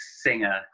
singer